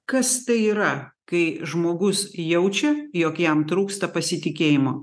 kas tai yra kai žmogus jaučia jog jam trūksta pasitikėjimo